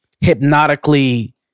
hypnotically